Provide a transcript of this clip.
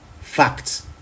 facts